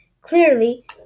clearly